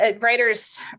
writers